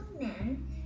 man